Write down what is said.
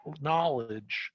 knowledge